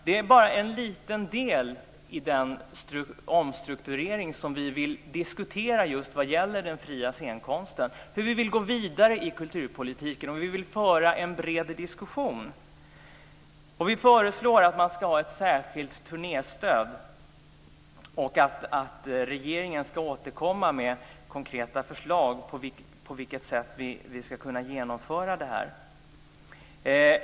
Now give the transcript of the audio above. Det är bara en liten del i den omstrukturering som vi vill diskutera just vad gäller den fria scenkonsten. Vi vill gå vidare i kulturpolitiken och föra en bred diskussion. Vi föreslår att man ska ha ett särskilt turnéstöd och att regeringen ska återkomma med konkreta förslag i frågan om på vilket sätt vi ska kunna genomföra det.